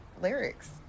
lyrics